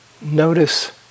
notice